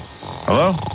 Hello